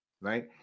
Right